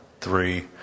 three